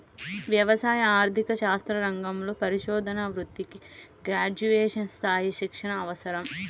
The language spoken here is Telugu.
వ్యవసాయ ఆర్థిక శాస్త్ర రంగంలో పరిశోధనా వృత్తికి గ్రాడ్యుయేట్ స్థాయి శిక్షణ అవసరం